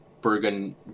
Bergen